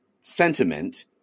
sentiment